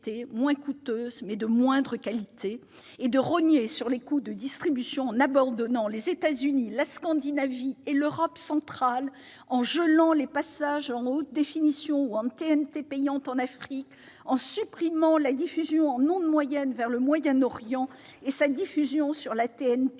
moins coûteuses, mais de moindre qualité, et de rogner sur les coûts de distribution en abandonnant les États-Unis, la Scandinavie et l'Europe centrale, en gelant les passages en haute définition ou en TNT payante en Afrique, en supprimant la diffusion en onde moyenne vers le Moyen-Orient, sur la TNT